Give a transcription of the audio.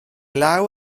law